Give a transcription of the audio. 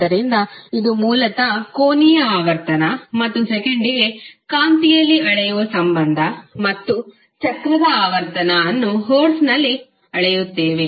ಆದ್ದರಿಂದ ಇದು ಮೂಲತಃ ಕೋನೀಯ ಆವರ್ತನ ಮತ್ತು ಸೆಕೆಂಡಿಗೆ ಕಾಂತಿಯಲ್ಲಿ ಅಳೆಯುವ ಸಂಬಂಧ ಮತ್ತು ಚಕ್ರದ ಆವರ್ತನದ ಅನ್ನು ಹರ್ಟ್ಜ್ನಲ್ಲಿ ಅಳೆಯುತ್ತೇವೆ